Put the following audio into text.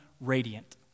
radiant